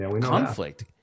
conflict